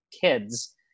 kids